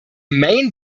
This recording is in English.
main